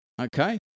okay